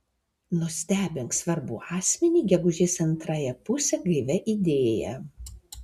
nustebink svarbų asmenį gegužės antrąją pusę gaivia idėja